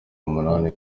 umunani